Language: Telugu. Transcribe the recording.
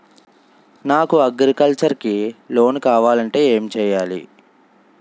నాకు అగ్రికల్చర్ కి లోన్ కావాలంటే ఏం చేయాలి?